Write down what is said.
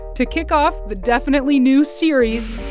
to kick off the definitely new series,